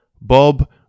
Bob